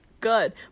good